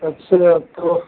अच्छा तो